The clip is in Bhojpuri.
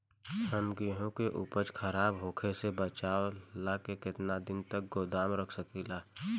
हम गेहूं के उपज खराब होखे से बचाव ला केतना दिन तक गोदाम रख सकी ला?